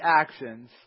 actions